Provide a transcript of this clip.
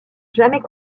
jamais